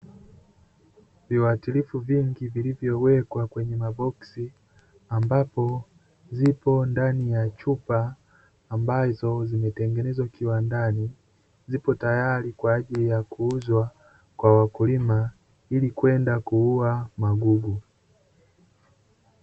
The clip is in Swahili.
Viwatilifu vingi vilivyowekwa kwenye maboksi ambapo zipo ndani ya chupa ambazo zimetengenezwa kiwandani, zipo tayari kwaajili ya kuuzwa kwa wakulima ili kwenda kuua magugu.